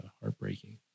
heartbreaking